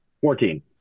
Fourteen